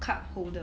cup holder